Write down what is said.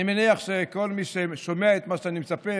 אני מניח שכל מי ששומע את מה שאני מספר